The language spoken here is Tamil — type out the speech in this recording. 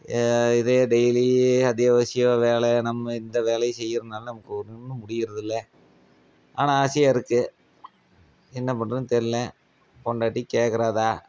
இதே டெய்லி அத்தியாவசியம் வேலை நம்ம இந்த வேலையே செய்யுறதுனால நமக்கு ஒன்றும் முடியறது இல்லை ஆனால் ஆசையாக இருக்குது என்ன பண்ணுறதுன்னு தெரில பொண்டாட்டி கேட்குறாதான்